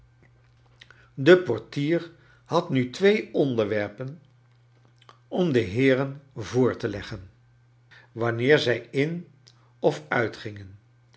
ee portier had nu twee onderwerpen om de heeren voor te leggen wanneer zij in of uitgingen